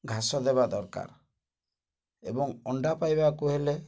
ଘାସ ଦେବା ଦରକାର ଏବଂ ଅଣ୍ଡା ପାଇବାକୁ ହେଲେ